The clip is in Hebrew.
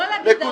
נכון.